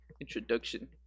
introduction